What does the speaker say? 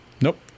Nope